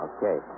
Okay